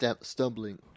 stumbling